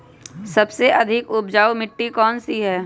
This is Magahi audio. सबसे अधिक उपजाऊ मिट्टी कौन सी हैं?